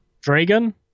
Dragon